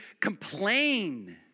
complain